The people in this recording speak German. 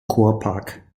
kurpark